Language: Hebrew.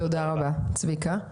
תודה רבה, צביקה.